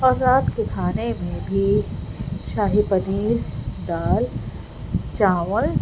اور رات کے کھانے میں بھی شاہی پنیر دال چاول